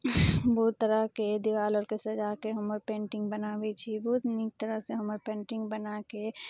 बहुत तरहके देवाल अरके सजाके हमर पेन्टिंग बनाबय छी बहुत नीक तरहसँ हमर पेन्टिंग बनाके